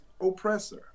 oppressor